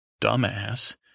Dumbass